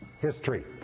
history